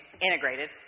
integrated